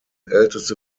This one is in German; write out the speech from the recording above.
älteste